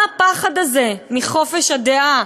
מה הפחד הזה מחופש הדעה,